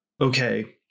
okay